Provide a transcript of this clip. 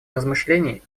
размышлений